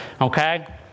Okay